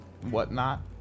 whatnot